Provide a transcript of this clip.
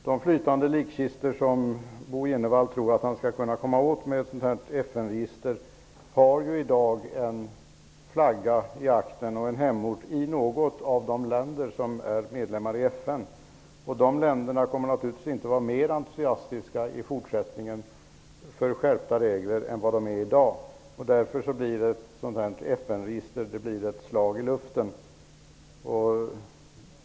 De flytande likkistor som Bo G Jenevall tror att man skulle kunna komma åt med ett sådant här FN register har i dag en flagga i aktern och en hemort i något av de länder som är medlemmar i FN. De länderna kommer naturligtvis inte att vara mer entusiastiska för skärpta regler i fortsättningen än vad de är i dag. Därför är ett FN-register ett slag i luften.